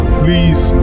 please